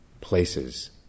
places